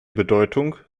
bedeutung